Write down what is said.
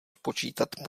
spočítat